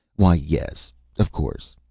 why, yes of course,